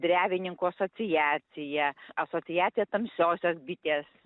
drevininkų asociacija asociacija tamsiosios bitės